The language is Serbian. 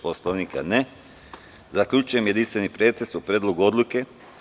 Poslovnika? (Ne.) Zaključujem jedinstveni pretres o Predlogu odluke.